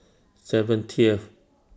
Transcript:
seventieth